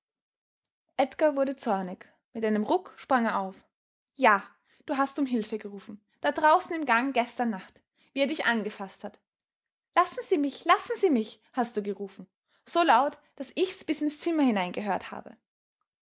edgar wurde zornig mit einem ruck sprang er auf ja du hast um hilfe gerufen da draußen im gang gestern nacht wie er dich angefaßt hat lassen sie mich lassen sie mich hast du gerufen so laut daß ichs bis ins zimmer hinein gehört habe